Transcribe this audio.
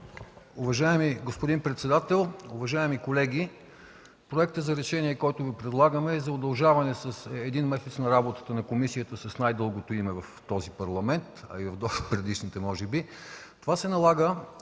Уважаеми господин председател, уважаеми колеги! Проектът за решение, който предлагаме, е за удължаване с един месец работата на комисията с най-дългото име в този Парламент, а и от предишните може би. Това се налага